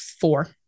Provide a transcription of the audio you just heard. Four